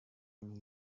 and